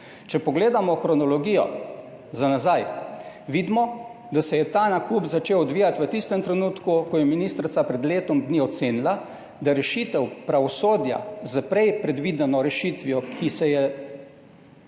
Če pogledamo kronologijo za nazaj, vidimo, da se je ta nakup začel odvijati v tistem trenutku, ko je ministrica pred letom dni ocenila, da rešitev pravosodja s prej predvideno rešitvijo, ki se je